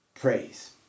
praise